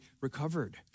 recovered